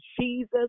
Jesus